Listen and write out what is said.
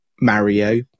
mario